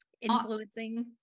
influencing